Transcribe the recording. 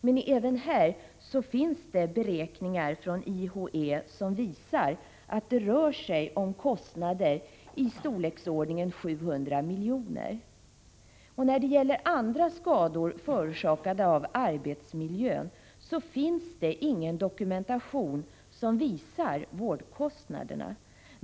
Men även härvidlag finns det beräkningar från IHE, som visar att det rör sig om kostnader i storleksordningen 700 milj.kr. När det gäller andra skador förorsakade av arbetsmiljön finns det ingen dokumentation som visar vårdkostnaderna.